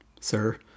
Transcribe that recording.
sir